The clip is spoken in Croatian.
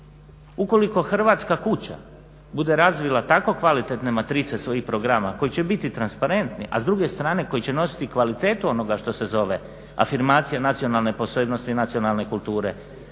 Ukoliko "Hrvatska kuća" bude razvila tako kvalitetne matrice svojih programa koji će biti transparentni, a s druge strane koji će nositi kvalitetu onoga što se zove afirmacija nacionalne posebnosti i nacionalne kulture.